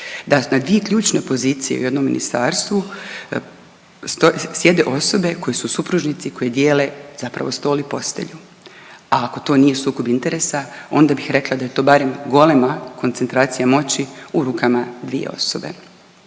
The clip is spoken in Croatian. Da na dvije ključne pozicije u jednom ministarstvu sjede osobe koje su supružnici koji dijele zapravo stol i postelju, a ako to nije sukob interesa, onda bih rekla da je to barem golema koncentracija moći u rukama dvije osobe